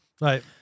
Right